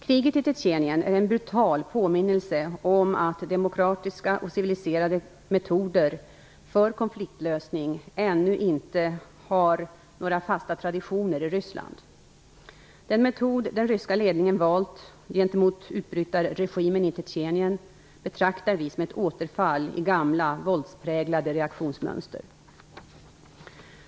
Kriget i Tjetjenien är en brutal påminnelse om att demokratiska och civiliserade metoder för konfliktlösning ännu inte har några fasta traditioner i Ryssland. Den metod den ryska ledningen valt gentemot utbrytarregimen i Tjetjenien betraktar vi som ett återfall i gamla, våldspräglade reaktionsmönster.